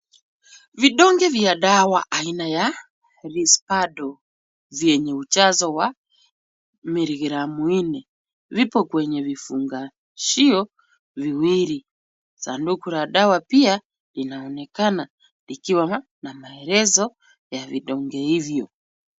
Vidonge vya dawa aina ya Risperdal vyenye ujazo wa miligramu nne, viko kwenye vifungashio viwili. Sanduku la dawa pia linaonekana likiwa na maelezo ya vidonge hivyo.